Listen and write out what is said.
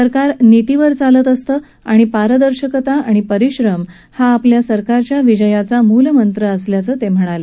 सरकार नीतीवर चालत असतं आणि पारदर्शकात आणि परिश्रम हा आपल्या सरकारच्या विजयाचा मूलमंत्र असल्याचं त्यांनी नमूद केलं